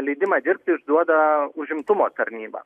leidimą dirbti išduoda užimtumo tarnyba